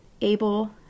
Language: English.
able